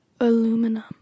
Aluminum